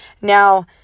Now